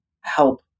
help